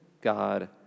God